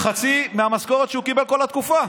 חצי מהמשכורת שהוא קיבל כל התקופה.